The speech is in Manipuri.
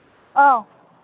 ꯑꯧ